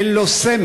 אין לו סמל,